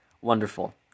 Wonderful